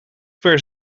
per